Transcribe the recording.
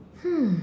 hmm